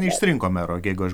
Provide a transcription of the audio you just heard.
neišrinko mero jėgos